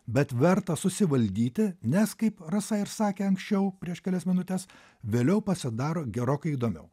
bet verta susivaldyti nes kaip rasa ir sakė anksčiau prieš kelias minutes vėliau pasidaro gerokai įdomiau